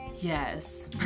Yes